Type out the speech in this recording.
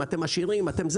אתם עשירים וכו',